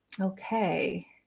okay